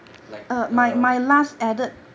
like the